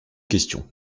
questions